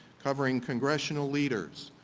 covering congressional leaders,